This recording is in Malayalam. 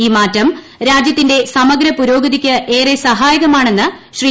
ഈ മാറ്റം രാജ്യത്തിന്റെ സമഗ്ര പുരോഗതിയ്ക്ക് ഏറെ സഹായകമാണെന്ന് ശ്രീ